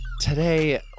Today